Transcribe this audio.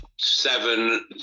seven